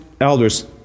elders